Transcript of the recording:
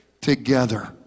together